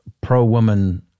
pro-woman